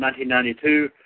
1992